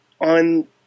on